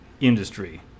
industry